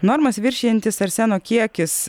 normas viršijantis arseno kiekis